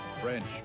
French